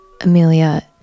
Amelia